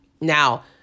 Now